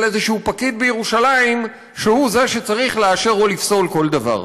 איזשהו פקיד בירושלים שהוא שצריך לאשר או לפסול כל דבר.